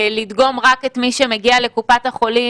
לדגום רק את מי שמגיע לקופת-החולים,